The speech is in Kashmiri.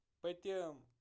پٔتِم